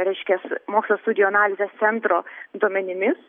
reiškias mokslo studijų analizės centro duomenimis